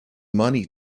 money